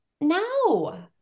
No